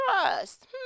trust